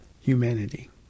humanity